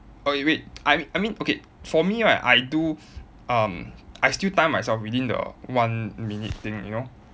okay wait I I mean okay for me right I do um I still time myself within the one minute thing you know